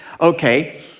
Okay